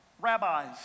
rabbis